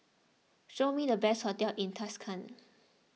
show me the best hotels in Tashkent